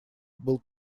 был